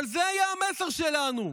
אבל זה היה המסר שלנו,